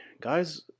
guys